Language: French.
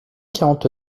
quarante